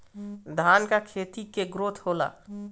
धान का खेती के ग्रोथ होला?